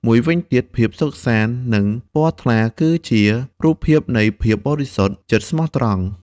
មួយវិញទៀតភាពសុទ្ធសាធ និងពណ៌ថ្លា គឺជារូបភាពនៃ ភាពបរិសុទ្ធ ចិត្ដស្មោះត្រង់។